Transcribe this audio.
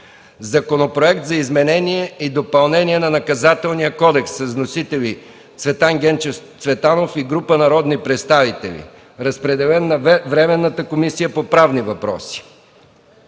Законопроект за изменение и допълнение на Наказателния кодекс. Вносители – Цветан Генчев Цветанов и група народни представители. Разпределен е на Временната комисия по правни въпроси.